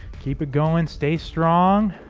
keep it going stay strong